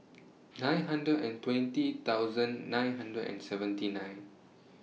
nine hundred and twenty thousand nine hundred and seventy nine